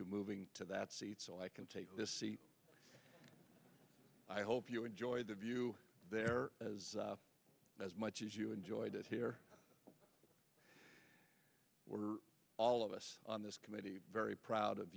you moving to that seat so i can take this seat i hope you enjoyed the view there as much as you enjoyed it here were all of us on this committee very proud of